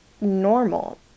normal